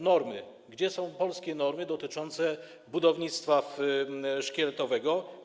Normy, gdzie są polskie normy dotyczące budownictwa szkieletowego?